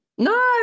No